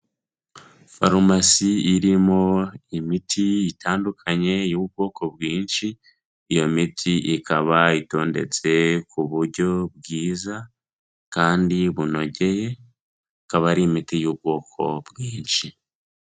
Farumasi irimo imiti itandukanye y'ubwoko bwinshi, iyo miti ikaba itondetse ku buryo bwiza kandi bunogeye ikaba ari imiti y'ubwoko bwinshi.